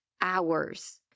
hours